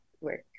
work